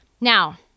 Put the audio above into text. Now